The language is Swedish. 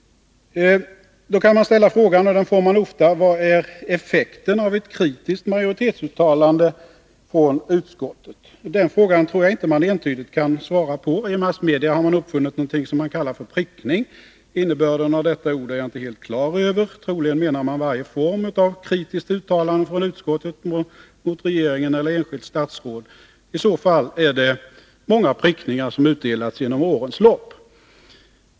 Då kan man ställa frågan — och den får man ofta: Vad är effekten av ett kritiskt majoritetsuttalande från utskottet? Den frågan tror jag inte att man entydigt kan svara på. I massmedia har man uppfunnit någonting som man kallar prickning. Innebörden av detta ord är jag inte helt klar över. Troligen menar man varje form av kritiskt uttalande från utskottet mot regeringen eller ett enskilt statsråd. I så fall är det många prickningar som har utdelats genom årens lopp.